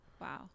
wow